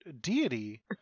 deity